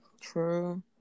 True